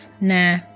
nah